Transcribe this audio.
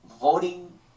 voting